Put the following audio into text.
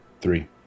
Three